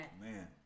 man